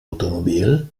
automobile